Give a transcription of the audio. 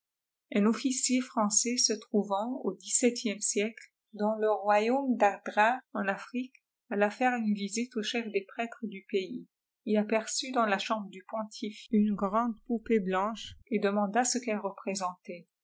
un officier français se trouvant au dixseptième siècle dans le royaume d'ardra en afrique alla faire une visite au chef des prêtres du pays il aperçut dans la chambre du pontife une grande poupée blanche et demanda ce qu'elle représentait